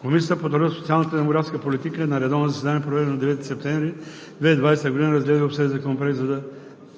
Комисията по труда, социалната и демографската политика на редовно заседание, проведено на 9 септември 2020 г., разгледа и обсъди Законопроекта за